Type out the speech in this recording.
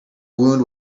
wound